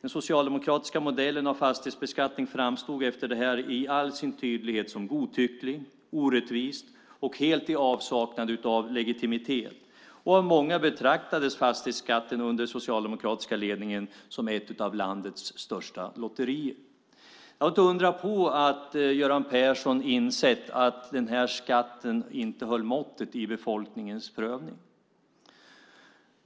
Den socialdemokratiska modellen av fastighetsbeskattning framstod efter det här i all sin tydlighet som godtycklig, orättvis och helt i avsaknad av legitimitet. Av många betraktades fastighetsskatten under socialdemokratisk ledning som ett av landets största lotterier. Inte undra på att Göran Persson insett att den här skatten inte höll måttet i befolkningens ögon.